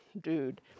dude